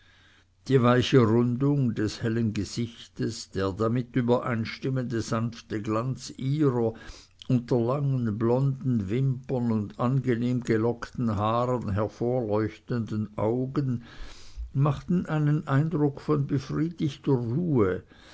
die weiche rundung des hellen gesichtes der damit übereinstimmende sanfte glanz ihrer unter langen blonden wimpern und angenehm gelockten haaren hervorleuchtenden augen machten einen eindruck von befriedigter ruhe